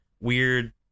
weird